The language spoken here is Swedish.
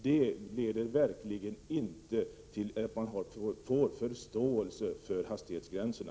Detta leder inte till förståelse för hastighetsgränserna.